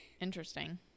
interesting